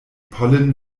pollen